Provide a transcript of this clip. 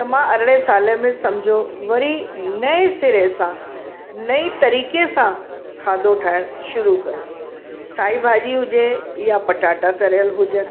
त मां अरिड़हें साले में सम्झो वरी नए सिरे सां नई तरीक़े सां खाधो ठाहिण शुरू कयो साई भाॼी हुजे या पटाटा तरियलु हुजनि